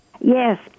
Yes